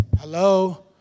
hello